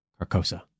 Carcosa